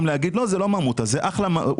ניסו לומר שזאת לא ממוטה אבל אלה ממוטות,